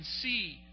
see